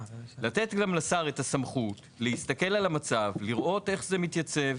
ולתת לשר את הסמכות להסתכל על המצב ולראות איך זה מתייצב.